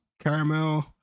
caramel